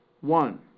one